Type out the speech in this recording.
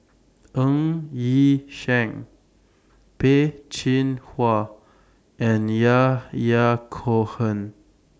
Ng Yi Sheng Peh Chin Hua and Yahya Cohen